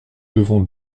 devons